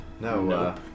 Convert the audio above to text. No